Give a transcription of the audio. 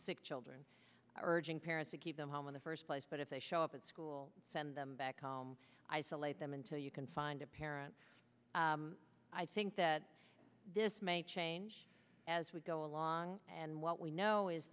sick children urging parents who keep them home in the first place but if they show up at school send them back home isolate them until you can find a parent i think that this may change as we go along and what we know is